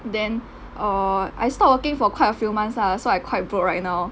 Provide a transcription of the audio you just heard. then err I stop working for quite a few months ah so I quite broke right now